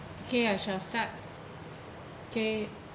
okay I shall start okay